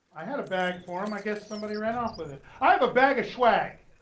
i had a bag for him, i guess somebody ran off with it. i have a bag of schwag.